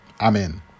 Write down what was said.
Amen